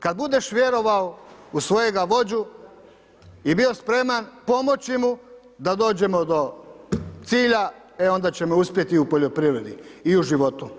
Kada budeš vjerovao u svojega vođu i bio spreman pomoći mu da dođemo do cilja onda ćemo uspjeti u poljoprivredi i u životu.